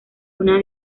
una